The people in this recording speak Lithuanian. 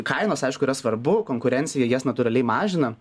kainos aišku yra svarbu konkurencija jie jas natūraliai mažina